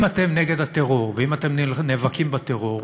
אם אתם נגד הטרור ואם אתם נאבקים בטרור,